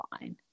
fine